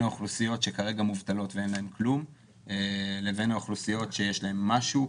האוכלוסיות שכרגע מובטלות ואין להן כלום לבין האוכלוסיות שיש להן משהו,